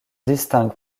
distingue